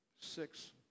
six